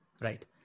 Right